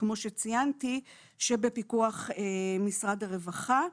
שבפיקוח משרד הרווחה.